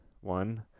one